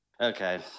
Okay